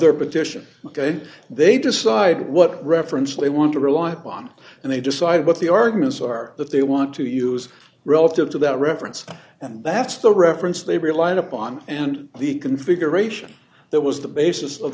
their position ok they decide what reference they want to rely upon and they decide what the arguments are that they want to use relative to that reference and that's the reference they relied upon and the configuration that was the basis of